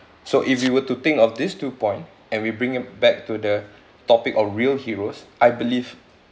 so if you were to think of these two point and we bring it back to the topic of real heroes I believe